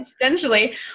essentially